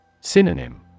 Synonym